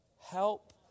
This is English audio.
Help